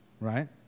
right